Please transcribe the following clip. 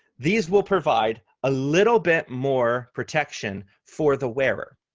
these will provide a little bit more protection for the wearer.